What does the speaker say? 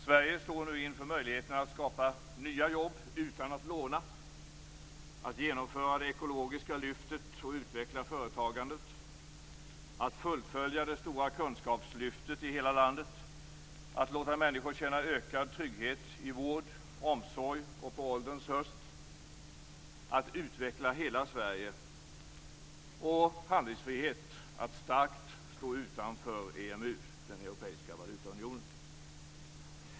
Sverige står nu inför möjligheten att skapa nya jobb utan att låna, att genomföra det ekologiska lyftet och utveckla företagandet, att fullfölja det stora kunskapslyftet i hela landet, att låta människor känna ökad trygghet i vård, omsorg och på ålderns höst, att utveckla hela Sverige samt att ge handlingsfrihet att starkt stå utanför EMU, den europeiska valutaunionen.